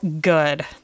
good